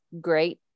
great